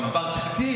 גם עבר התקציב.